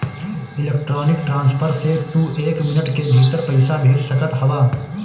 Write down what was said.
electronic transfer से तू एक मिनट के भीतर पईसा भेज सकत हवअ